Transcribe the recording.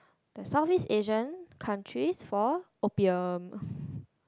the Southeast Asian countries for opium